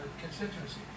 constituency